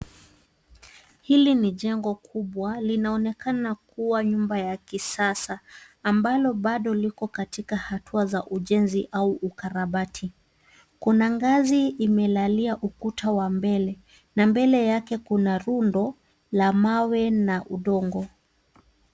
Hili ni jengo kubwa. Linaonekana kuwa nyumba ya kisasa ambalo bado liko katika hatua za ujenzi au ukarabati. Kuna ngazi imelalia ukuta wa mbele na mbele yake kuna rundo la mawe na udongo.